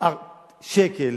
שקל